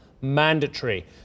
mandatory